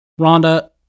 Rhonda